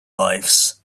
lives